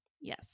Yes